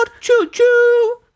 choo-choo